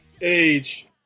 age